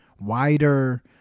wider